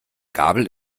gabel